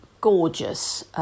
gorgeous